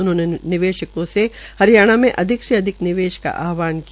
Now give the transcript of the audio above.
उन्होंने निवेशकों से हरियाणा में अधिक से अधिक निवेश का आहवान किया